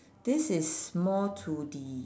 this is more to the